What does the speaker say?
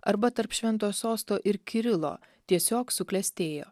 arba tarp šventojo sosto ir kirilo tiesiog suklestėjo